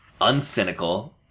uncynical